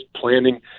planning